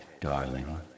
darling